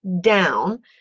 down